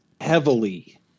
heavily